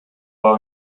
are